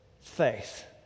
faith